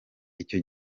icyo